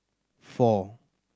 four